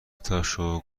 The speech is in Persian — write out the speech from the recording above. تاشو